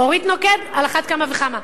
אורית נוקד, על אחת כמה וכמה.